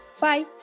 Bye